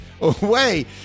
away